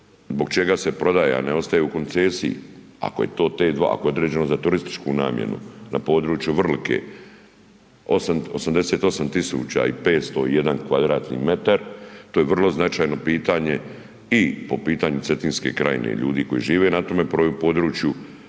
zbog čega se prodaje, a ne ostaje u koncesiji ako je to T2, ako je određeno za turističku namjenu na području Vrlike 88501 m2, to je vrlo značajno pitanje i po pitanju Cetinske krajine, ljudi koji žive na tome području,